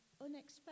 unexpected